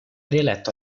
rieletto